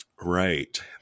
right